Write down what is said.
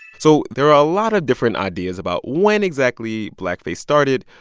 so there are a lot of different ideas about when exactly blackface started,